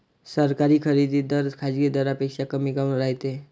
सरकारी खरेदी दर खाजगी दरापेक्षा कमी काऊन रायते?